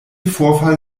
vorfall